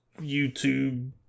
YouTube